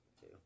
Two